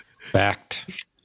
Fact